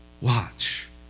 watch